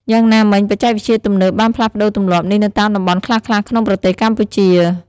យ៉ាងណាមិញ បច្ចេកវិទ្យាទំនើបបានផ្លាស់ប្តូរទម្លាប់នេះនៅតាមតំបន់ខ្លះៗក្នុងប្រទេសកម្ពុជា។